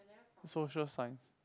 social science